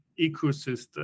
ecosystem